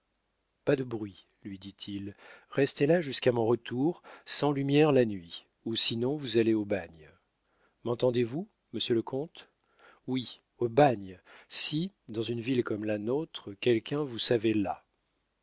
pas de bruit lui dit-il restez là jusqu'à mon retour sans lumière la nuit ou sinon vous allez au bagne m'entendez-vous monsieur le comte oui au bagne si dans une ville comme la nôtre quelqu'un vous savait là